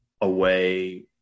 away